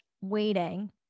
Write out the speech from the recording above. waiting